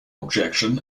objection